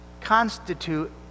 constitute